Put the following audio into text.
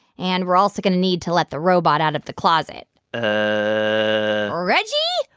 and we're also going to need to let the robot out of the closet. ah reggie,